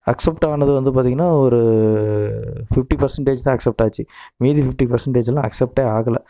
accept ஆனது வந்து பார்த்திங்கனா ஒரு ஃபிஃப்டி பர்சென்டேஜ் தான் அக்செப்ட் ஆச்சு மீதி ஃபிஃப்டி பர்சென்டேஜ் எல்லாம் அக்செப்ட்டே ஆகலை